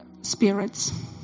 spirits